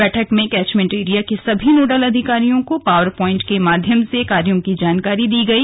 बैठक में catchment area के सभी नोडल अधिकारियों को पावर प्वाइंटर के माध्यम से कार्यों की जानकारी दी गई